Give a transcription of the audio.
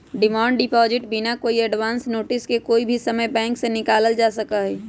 demand deposit बिना कोई advance notice के कोई भी समय बैंक से निकाल्ल जा सका हई